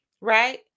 right